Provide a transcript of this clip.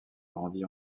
grandit